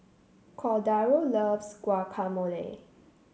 Cordaro loves Guacamole